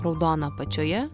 raudona apačioje